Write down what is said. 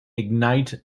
ignite